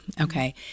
okay